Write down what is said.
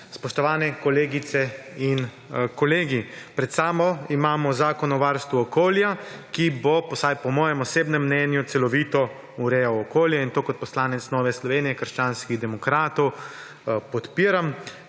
spoštovane kolegice in kolegi! Pred sabo imamo Zakon o varstvu okolja, ki bo, vsaj po mojem osebnem mnenju, celovito urejal okolje, in to kot poslanec Nove Slovenije - krščanskih demokratov podpiram.